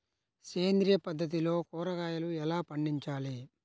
సేంద్రియ పద్ధతిలో కూరగాయలు ఎలా పండించాలి?